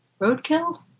Roadkill